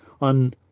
on